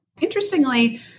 Interestingly